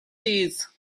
this